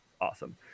awesome